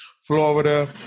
Florida